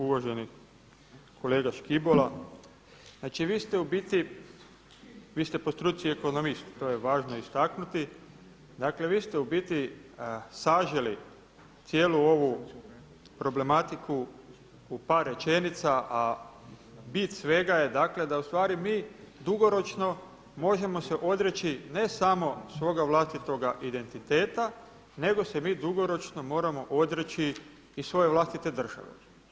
Uvaženi kolega Škibola, znači vi ste u biti, vi ste po struci ekonomist to je važno istaknut, dakle vi ste u biti saželi cijelu ovu problematiku u par rečenica a bit svega je dakle da ustvari mi dugoročno možemo se odreći ne samo svoga vlastitoga identiteta nego se mi dugoročno moramo odreći i svoje vlastite države.